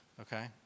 Okay